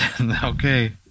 okay